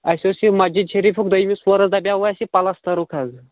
اَسہِ حظ چھِ مسجدِ شریٖفُک دوٚیِمِس پورس دپیٛاو اَسہِ یہِ پلسترُک حظ